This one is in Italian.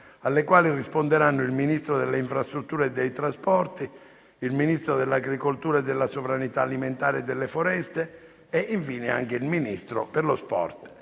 alle quali risponderanno il Ministro delle infrastrutture e dei trasporti, il Ministro dell'agricoltura, della sovranità alimentare e delle foreste e il Ministro per lo sport